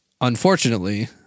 unfortunately